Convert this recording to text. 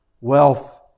Wealth